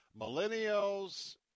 millennials